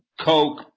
Coke